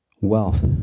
wealth